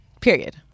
period